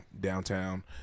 downtown